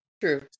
True